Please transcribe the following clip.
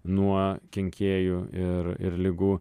nuo kenkėjų ir ir ligų